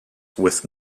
with